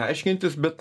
aiškintis bet